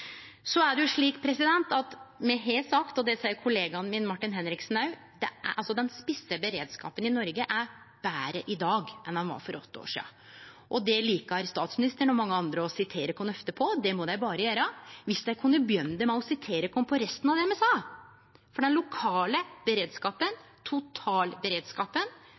Så har me sagt, og det seier òg kollegaen min, Martin Henriksen, at den spisse beredskapen i Noreg er betre i dag enn han var for åtte år sidan, og det likar statsministeren og mange andre å sitere oss ofte på. Det må dei berre gjere, dersom dei kunne begynne med å sitere oss på resten av det me sa, for den lokale beredskapen, totalberedskapen,